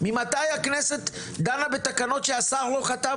ממתי הכנסת דנה בתקנות שהשר לא חתם